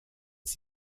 sie